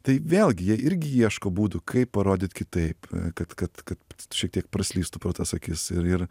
tai vėlgi jie irgi ieško būdų kaip parodyt kitaip kad kad kad šiek tiek praslystų pro tas akis ir ir